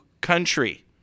country